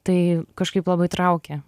tai kažkaip labai traukė